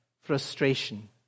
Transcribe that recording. frustration